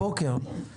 הבוקר.